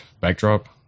backdrop